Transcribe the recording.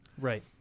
Right